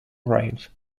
range